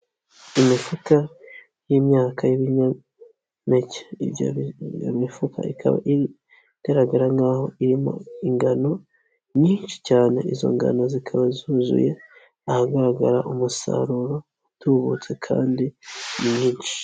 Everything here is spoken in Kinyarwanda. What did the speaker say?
Imifuka y'imyaka y'ibinyampeke, iyo mifuka ikaba iri igaragara nkaho irimo ingano nyinshi cyane, izo ngano zikaba zuzuye ahagaragara umusaruro utubutse kandi ni mwinshi.